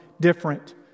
different